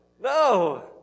No